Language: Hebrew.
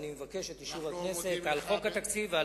ואני מבקש את אישור הכנסת לחוק התקציב.